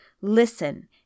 Listen